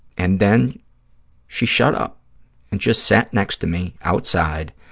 and then she shut up and just sat next to me outside,